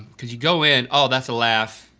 cause you go in, oh, that's a laugh.